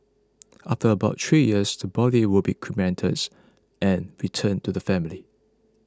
after about three years the body will be cremates and returned to the family